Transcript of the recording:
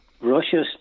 Russia